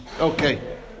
Okay